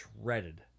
shredded